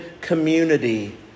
community